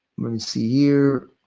let me see here.